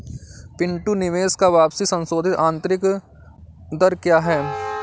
पिंटू निवेश का वापसी संशोधित आंतरिक दर क्या है?